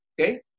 okay